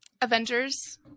Avengers